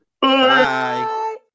Bye